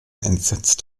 entsetzt